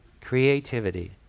Creativity